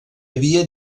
havia